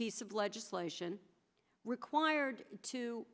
piece of legislation required to